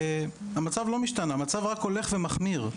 אבל המצב לא משתנה, המצב רק הולך ומחמיר.